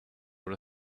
what